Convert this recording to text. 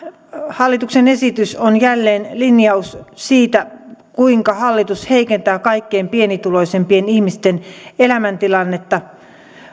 hallituksen esitys on jälleen linjaus siitä kuinka hallitus heikentää kaikkein pienituloisimpien ihmisten elämäntilannetta